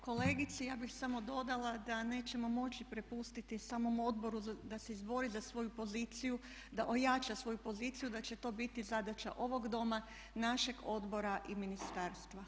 Kolegice ja bih samo dodala da nećemo moći prepustiti samom odboru da se izbori za svoju poziciju, da ojača svoju poziciju, da će to biti zadaća ovog doma, našeg odbora i ministarstva.